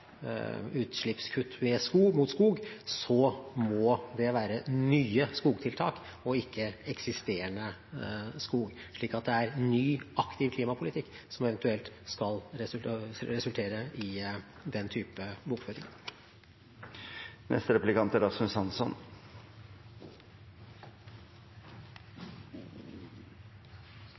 utslippskutt mot skog, så må det være med nye skogtiltak og ikke eksisterende skog. Så det er en ny, aktiv klimapolitikk som eventuelt skal resultere i den type bokføring.